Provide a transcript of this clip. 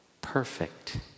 perfect